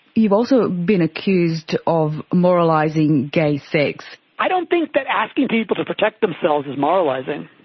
you've also been accused of moralising gay sex. i don't think that asking people to protect themselves is moralising.